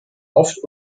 oft